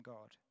God